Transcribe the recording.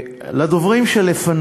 אני מדבר בכבוד רב לנוכחים,